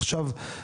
עכשיו,